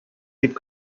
дип